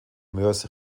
moers